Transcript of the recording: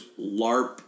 LARP